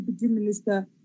Minister